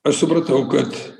aš supratau kad